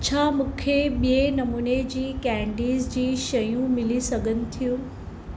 छा मूंखे ॿिए नमूने जी कैडीस जी शयूं मिली सघनि थियूं